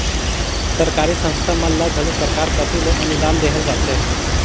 सरकारी संस्था मन ल घलो सरकार कती ले अनुदान देहल जाथे